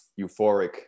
euphoric